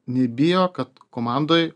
nebijo kad komandoj